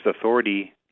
authority